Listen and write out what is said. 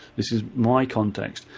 this is my context.